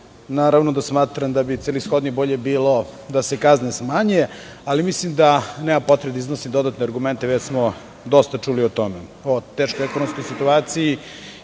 i ja smatram da bi celishodno i bolje bilo da se kazne smanje, ali mislim da nema potrebe da iznosim dodatne argumente, već smo dosta čuli o tome, o teškoj ekonomskoj situaciji,